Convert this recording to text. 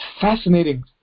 fascinating